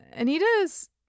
Anita's